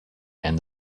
and